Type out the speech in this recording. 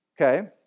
Okay